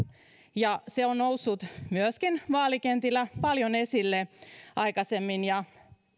ja se on noussut myöskin vaalikentillä paljon esille aikaisemmin ja